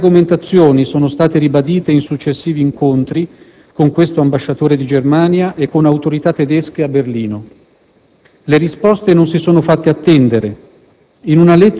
Tali argomentazioni sono state ribadite in successivi incontri con questo ambasciatore di Germania e con autorità tedesche a Berlino. Le risposte non si sono fatte attendere.